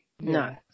No